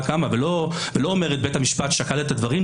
קמא ולא אומרת: בית המשפט שקל את הדברים,